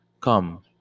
come